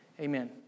Amen